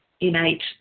innate